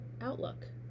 outlook